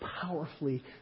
powerfully